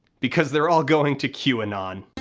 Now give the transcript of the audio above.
because they're all going to qanon.